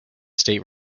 state